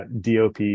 DOP